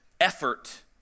effort